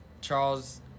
Charles